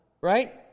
right